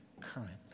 currently